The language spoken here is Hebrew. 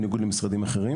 בניגוד למשרדים אחרים